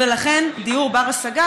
ולכן דיור בר-השגה,